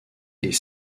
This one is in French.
les